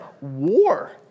war